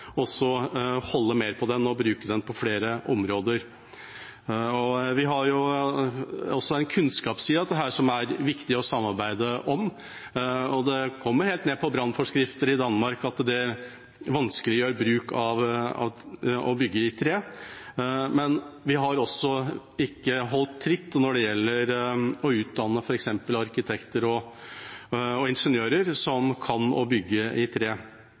også holde mer på den og bruke den på flere områder. Det er jo også en kunnskapsside av dette som det er viktig å samarbeide om, og det kommer helt ned på brannforskrifter i Danmark som vanskeliggjør bruk av og bygging i tre. Vi har ikke holdt tritt når det gjelder å utdanne f.eks. arkitekter og ingeniører som kan det å bygge i tre.